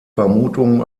vermutungen